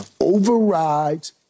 overrides